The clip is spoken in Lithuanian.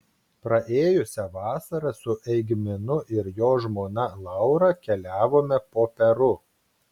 praėjusią vasarą su eigminu ir jo žmona laura keliavome po peru